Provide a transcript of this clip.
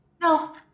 No